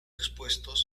expuestos